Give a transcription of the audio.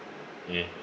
mm